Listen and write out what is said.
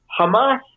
Hamas